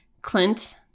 Clint